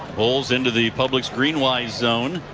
bolles in the the publix greenwise zone.